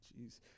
Jeez